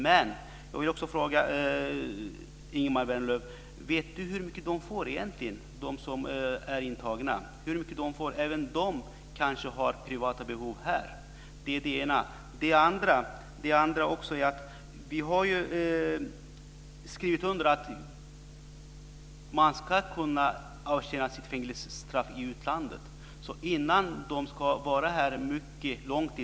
Men jag vill också ställa en fråga till Ingemar Vänerlöv. Vet Ingemar Vänerlöv hur mycket de intagna egentligen får? De har kanske privata behov här också. Dessutom har vi skrivit under att de ska kunna avtjäna sitt fängelsestraff i utlandet. Då kommer de inte att vara här så lång tid.